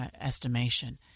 estimation